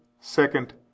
second